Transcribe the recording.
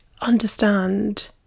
understand